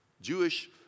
Jewish